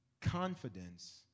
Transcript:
Confidence